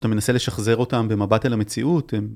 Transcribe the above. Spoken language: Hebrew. אתה מנסה לשחזר אותם במבט על המציאות הם...